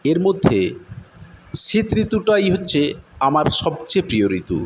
এর মধ্যে শীত ঋতুটাই হচ্ছে আমার সবচেয়ে প্রিয় ঋতু